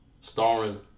starring